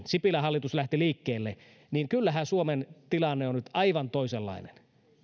lähti liikkeelle niin kyllähän suomen tilanne on nyt aivan toisenlainen